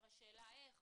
השאלה איך,